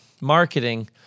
marketing